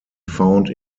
found